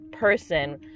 person